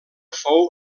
fou